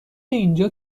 اینجا